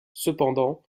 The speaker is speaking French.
cependant